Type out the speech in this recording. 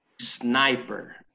Sniper